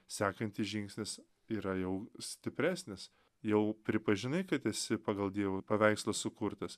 sekantis žingsnis yra jau stipresnis jau pripažinai kad esi pagal dievo paveikslą sukurtas